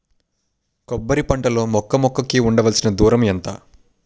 కొబ్బరి పంట లో మొక్క మొక్క కి ఉండవలసిన దూరం ఎంత